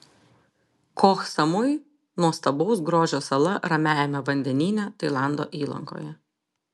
koh samui nuostabaus grožio sala ramiajame vandenyne tailando įlankoje